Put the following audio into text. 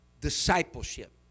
Discipleship